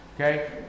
okay